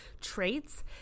traits